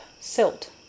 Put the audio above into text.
silt